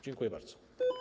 Dziękuję bardzo.